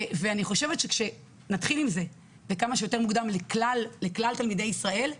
אני חושבת שכשנתחיל עם זה וכמה שיותר מוקדם לכלל תלמידי ישראל,